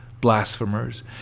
Blasphemers